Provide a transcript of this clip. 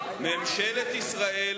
יום חג?